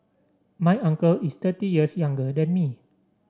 my uncle is thirty years younger than me